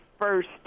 first